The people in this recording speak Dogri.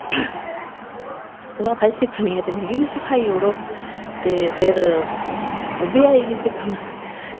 ते ओह् आक्खन लगी कि सिक्खनी ऐ ते मिगी बी सखाई ओड़ो ते फिर ओह्बी आइयै सिक्खन